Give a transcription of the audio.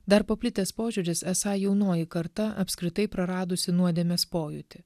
dar paplitęs požiūris esą jaunoji karta apskritai praradusi nuodėmės pojūtį